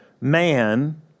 man